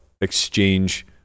exchange